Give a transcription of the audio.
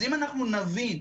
אז אם אנחנו נבין,